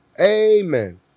Amen